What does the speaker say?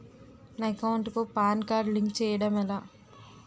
నా అకౌంట్ కు PAN card link చేయడం ఎలా?